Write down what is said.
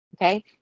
okay